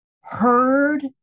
heard